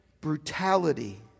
brutality